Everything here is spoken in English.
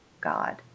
God